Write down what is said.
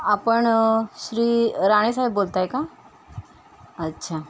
आपण श्री राणे साहेब बोलत आहे का अच्छा